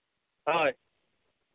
ᱦᱳᱭ